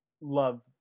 love